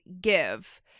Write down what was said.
give